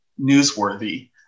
newsworthy